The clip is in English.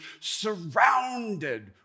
surrounded